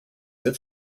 that